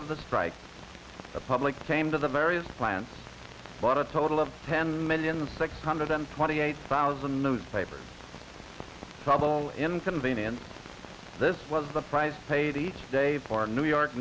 of the strike the public came to the various plants but a total of ten million six hundred and twenty eight thousand newspaper it's double inconvenience this was the price paid each day for new york